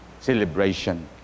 Celebration